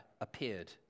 appeared